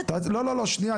אני רוצה רגע לדעת,